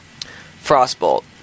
Frostbolt